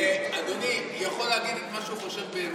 אדוני יכול להגיד את מה שהוא חושב באמת.